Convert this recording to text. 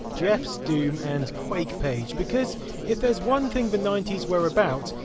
jeff's doom and quake page, because if there's one thing the ninety s were about,